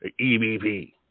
EVP